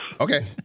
Okay